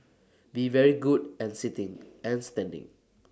be very good and sitting and standing